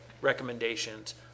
recommendations